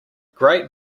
great